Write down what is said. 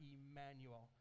Emmanuel